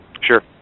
Sure